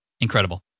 Incredible